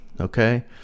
okay